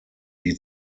die